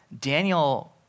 Daniel